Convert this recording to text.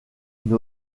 une